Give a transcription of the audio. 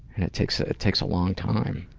and it takes ah takes a long time,